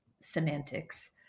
semantics